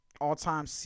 All-time